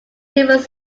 different